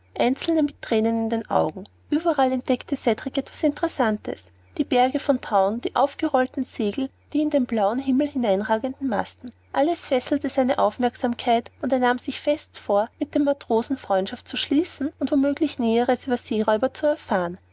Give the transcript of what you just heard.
einzelne mit thränen in den augen ueberall entdeckte cedrik etwas interessantes die berge von tauen die aufgerollten segel die in den blauen himmel hineinragenden masten alles fesselte seine aufmerksamkeit und er nahm sich fest vor mit den matrosen freundschaft zu schließen und womöglich näheres über seeräuber zu erfahren